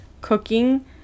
cooking